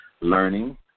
learning